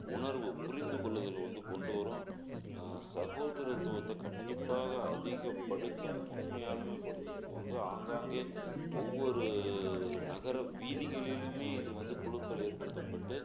உணர்வு புரிந்துக்கொள்ளுதல் வந்து கொண்டு வரும் சகோதரத்துவத்தைக் கண்டிப்பாக அதிகப்படுத்தும் உண்மையாலுமே படுத்தும் இது வந்து ஆங்காங்கே ஒவ்வொரு நகர வீதிகளிலுமே இது வந்து குழுக்கள் ஏற்படுத்தப்பட்டு